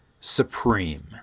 supreme